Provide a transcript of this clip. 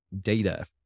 data